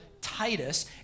Titus